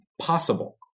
possible